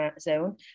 zone